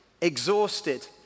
exhausted